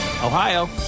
Ohio